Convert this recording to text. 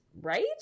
Right